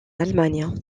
allemagne